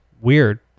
weird